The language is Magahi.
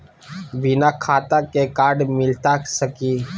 बिना खाता के कार्ड मिलता सकी?